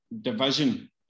division